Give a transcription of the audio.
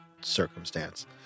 circumstance